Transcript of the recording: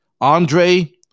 Andre